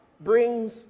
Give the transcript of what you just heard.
brings